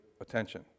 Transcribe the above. attention